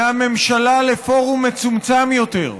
מהממשלה לפורום מצומצם יותר,